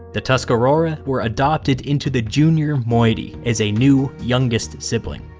the tuscarora were adopted into the junior moiety as a new, youngest sibling.